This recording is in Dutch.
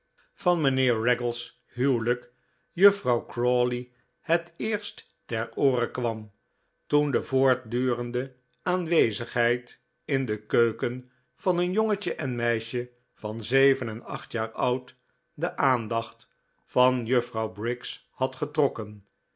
van mijnheer raggles huwelijk juffrouw crawley het eerst ter oore kwam toen de voortdurende aanwezigheid in de keuken van een jongetje en meisje van zeven en acht jaar oud de aandacht van juffrouw briggs had getrokken